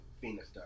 Venus